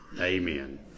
amen